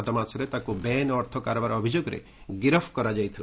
ଗତମାସରେ ତାକୁ ବେଆଇନ ଅର୍ଥ କାରବାର ଅଭିଯୋଗରେ ଗିରଫ କରାଯାଇଥିଲା